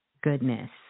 goodness